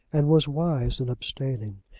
and was wise in abstaining.